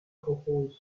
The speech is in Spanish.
jujuy